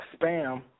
spam